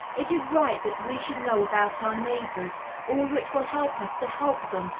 it is right that we should know about our neighbors all which will help us to help them,